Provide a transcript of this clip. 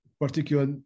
particular